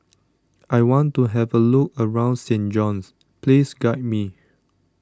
I want to have a look around Saint John's Please guide me